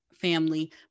family